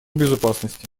безопасности